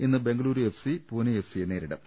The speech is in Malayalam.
ഇന്ന് Bengaluru F C Pune F സിയെ നേരിടും